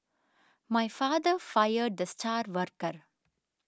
my father fired the star worker